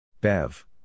Bev